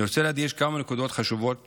אני רוצה להדגיש כמה נקודות חשובות